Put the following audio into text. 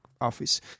office